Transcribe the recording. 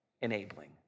enabling